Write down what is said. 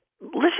Listen